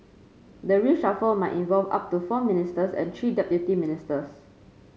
the reshuffle might involve up to four ministers and three deputy ministers